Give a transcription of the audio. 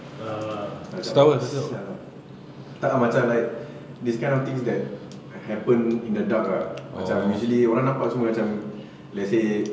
ah macam [sial] lah tak ah macam like these kinds of things that happened in the dark ah macam usually orang nampak semua macam let's say